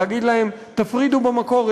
להגיד להם: תפרידו במקור,